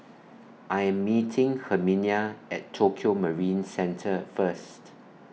I Am meeting Herminia At Tokio Marine Centre First